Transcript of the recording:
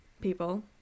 people